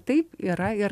taip yra ir